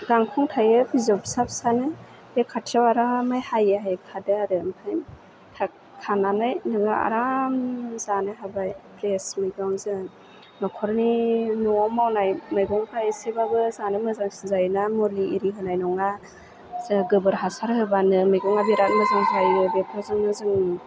गांखं थायो बिजौ फिसा फिसानो बे खाथियाव आरामै हायै हायै खादो आरो ओमफ्राय खा खानानै नोङो आराम जानो हाबाय फ्रेस मैगंजों नखरनि न'वाव मावनाय मैगंफ्रा एसेबाबो जानो मोजांसिन जायो ना मुलु एरि होनाय नङा जा गोबोर हासार होबानो मैगङा बिराद मोजां जायो बेफोरजोंनो जों